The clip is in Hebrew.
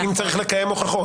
אם צריך לקיים הוכחות,